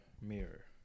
mirror